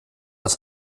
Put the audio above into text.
aus